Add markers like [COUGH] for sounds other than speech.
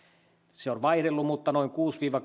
se määrä on vaihdellut mutta noin kuudella viiva [UNINTELLIGIBLE]